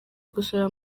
gusura